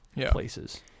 places